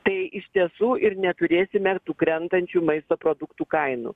tai iš tiesų ir neturėsime tų krentančių maisto produktų kainų